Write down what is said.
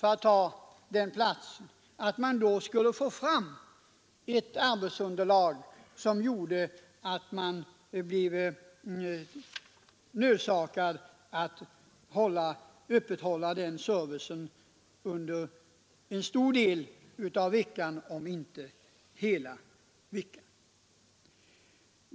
Man skulle då kunna få fram ett arbetsunderlag, som gjorde att tullverket blev nödsakat att hålla den servicen öppen under en stor del av veckan, om inte hela.